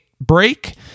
break